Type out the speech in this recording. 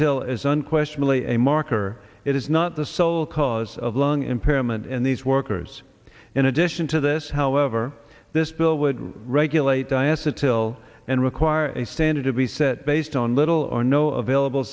till is unquestionably a marker it is not the sole cause of lung impairment in these workers in addition to this however this bill would regulate i ask the till and require a standard to be set based on little or no available